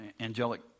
angelic